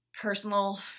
personal